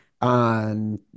on